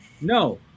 No